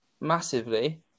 massively